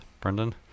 Brendan